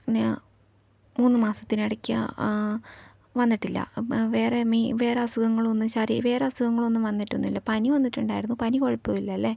പിന്ന മൂന്നു മാസത്തിനിടയ്ക്ക് വന്നിട്ടില്ല വേറെ വേറെ അസുഖങ്ങളൊന്നും വേറെ അസുഖങ്ങളൊന്നും വന്നിട്ടൊന്നുമില്ല പനി വന്നിട്ടുണ്ടായിരുന്നു പനി കുഴപ്പമില്ല അല്ലേ